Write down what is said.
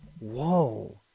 Whoa